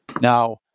Now